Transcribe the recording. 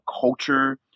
culture